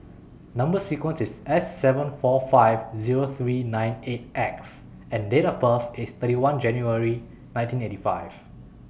Number sequence IS S seven four five Zero three nine eight X and Date of birth IS thirty one January nineteen eighty five